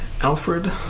Alfred